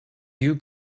you